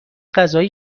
غذایی